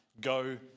go